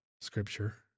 Scripture